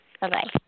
bye-bye